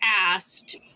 asked